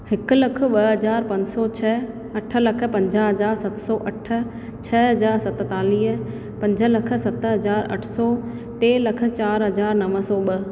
हिकु लखु ॿ हज़ार पंज सौ छह अठ लख पंजा्हु हज़ार सत सौ अठ छह हज़ार सतेतालीह पंज लख सत हज़ार अठ सौ टे लख चारि हज़ार नव सौ ॿ